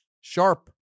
sharp